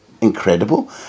incredible